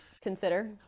consider